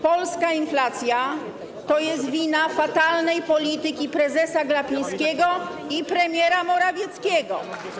Polska inflacja to jest wina fatalnej polityki prezesa Glapińskiego i premiera Morawieckiego.